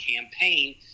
campaign